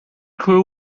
crew